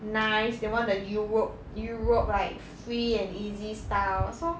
nice they want the europe europe like free and easy style so